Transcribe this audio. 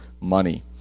money